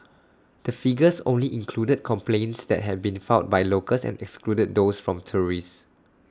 the figures only included complaints that had been filed by locals and excludes those from tourists